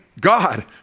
God